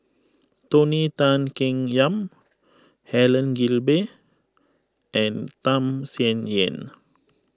Tony Tan Keng Yam Helen Gilbey and Tham Sien Yen